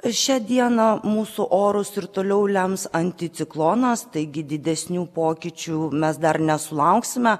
šią dieną mūsų orus ir toliau lems anticiklonas taigi didesnių pokyčių mes dar nesulauksime